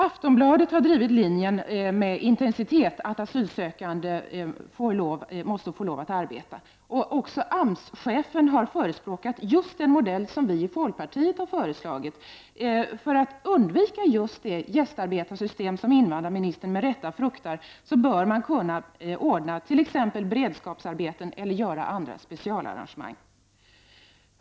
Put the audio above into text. Aftonbladet har med stor intensitet drivit linjen att asylsökande måste få arbeta. Också AMS-chefen har förespråkat just den modell som vi i folkpartiet har föreslagit: för att undvika det gästarbetarsystem som invandrarministern med rätta fruktar bör man t.ex. kunna ordna beredskapsarbeten eller göra andra specialarrangemang.